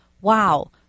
wow